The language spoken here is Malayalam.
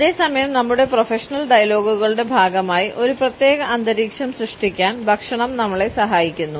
അതേസമയം നമ്മുടെ പ്രൊഫഷണൽ ഡയലോഗുകളുടെ ഭാഗമായി ഒരു പ്രത്യേക അന്തരീക്ഷം സൃഷ്ടിക്കാൻ ഭക്ഷണം നമ്മളെ സഹായിക്കുന്നു